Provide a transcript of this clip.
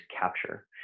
capture